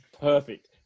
Perfect